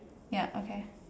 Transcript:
ya okay